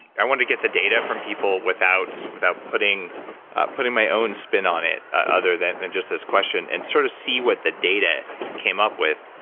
ah and get the data from people without without putting putting my own spin on it other than just this question and sort of see what the data came up with,